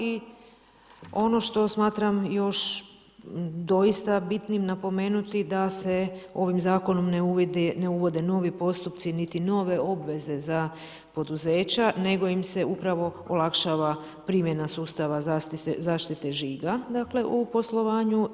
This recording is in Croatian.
I ono što smatram još doista bitnim napomenuti da se ovim zakonom ne uvode novi postupci niti nove obveze za poduzeća, nego im se upravo olakšava primjena sustava zaštite žiga dakle u poslovanju.